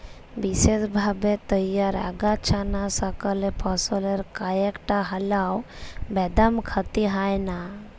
বিসেসভাবে তইয়ার আগাছানাসকলে ফসলের কতকটা হল্যেও বেদম ক্ষতি হয় নাই